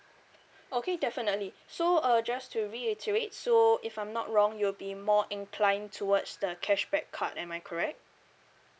okay definitely so uh just to reiterate so if I'm not wrong you'll be more inclined towards the cashback card am I correct